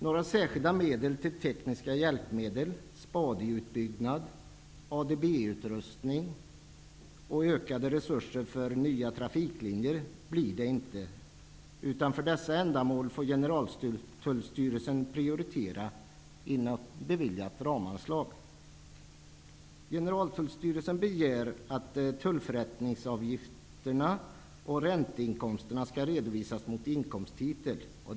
Några särskilda medel till tekniska hjälpmedel, SPADI-utbyggnad och ADB utrustning eller ökade resurser för nya trafiklinjer blir det inte, utan för dessa ändamål får Generaltullstyrelsen prioritera inom beviljat ramanslag. Generaltullstyrelsen begär att tullförrättningsavgifter och ränteinkomster skall redovisas mot inkomsttitel.